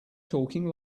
talking